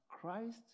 Christ